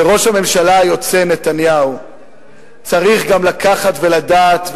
שראש הממשלה היוצא נתניהו צריך גם לקחת ולדעת,